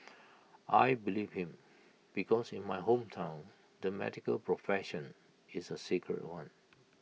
I believed him because in my hometown the medical profession is A sacred one